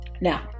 Now